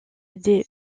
des